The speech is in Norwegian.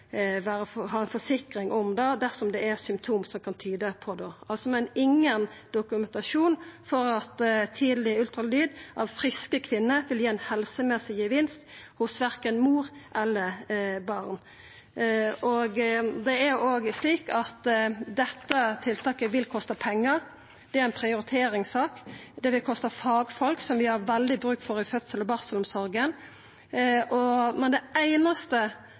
ha ei forsikring om det, dersom det er symptom som kan tyda på det. Vi har ingen dokumentasjon på at tidleg ultralyd av friske kvinner vil gi ein helsemessig gevinst hos verken mor eller barn. Det er òg slik at dette tiltaket vil kosta pengar. Det er ei prioriteringssak. Det vil kosta fagfolk, som vi har veldig bruk for i fødsels- og barselomsorga. Det einaste